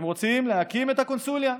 הם רוצים להקים את הקונסוליה.